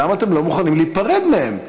למה אתם לא מוכנים להיפרד מהם?